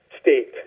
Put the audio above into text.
state